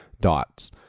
dots